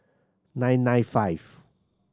nine nine five